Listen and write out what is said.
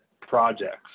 projects